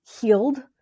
healed